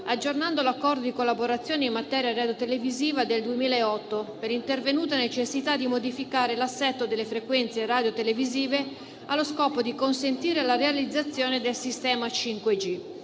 aggiornando l'Accordo di collaborazione in materia radiotelevisiva del 2008 per intervenuta necessità di modificare l'assetto delle frequenze radiotelevisive allo scopo di consentire la realizzazione del sistema 5G.